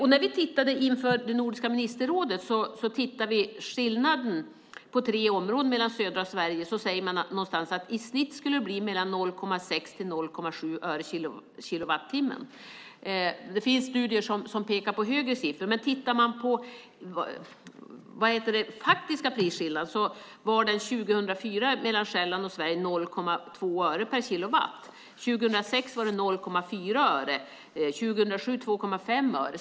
Inför Nordiska ministerrådsmötet tittade vi på skillnaden - det gäller då tre områden och södra Sverige. Någonstans säger man att den i snitt skulle bli 0,6-0,7 öre per kilowattimme. Det finns studier som pekar på högre siffror. Men den faktiska prisskillnaden mellan Själland och Sverige var 0,2 öre per kilowatt år 2004. År 2006 var skillnaden 0,4 öre. År 2007 var skillnaden 2,5 öre.